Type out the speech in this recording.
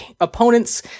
opponent's